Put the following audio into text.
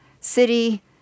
city